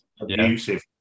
abusive